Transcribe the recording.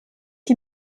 die